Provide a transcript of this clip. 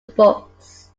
books